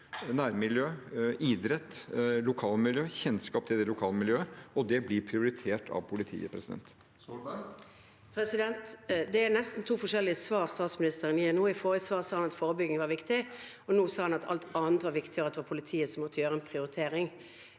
nærmiljø, idrett, lokalmiljø, kjennskap til lokalmiljøet. Og det blir prioritert av politiet. Erna Solberg (H) Det er nesten to for- skjellige svar statsministeren gir nå. I forrige svar sa han at forebygging var viktig, og nå sa han at alt annet var viktig, og at det var politiet som måtte gjøre en prioritering.